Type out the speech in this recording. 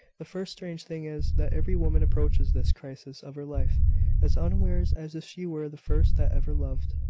the first strange thing is, that every woman approaches this crisis of her life as unawares as if she were the first that ever loved.